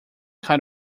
kind